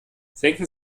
senken